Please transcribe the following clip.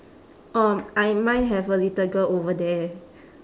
um I mine have a little girl over there